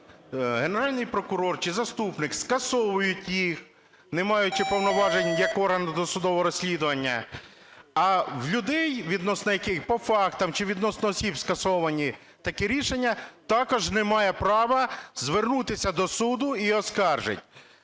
Генеральний прокурор чи заступник скасовують їх, не маючи повноважень як орган досудового розслідування, а в людей, відносно яких по фактах чи відносно осіб скасовані такі рішення, також немає права звернутися до суду і оскаржити.